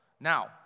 Now